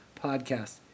podcast